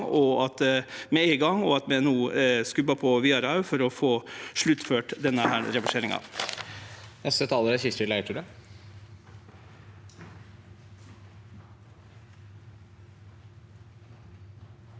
og at vi no skubbar på vidare for å få sluttført denne reverseringa.